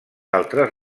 altres